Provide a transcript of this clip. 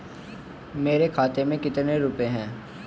मेरे खाते में कितने रुपये हैं?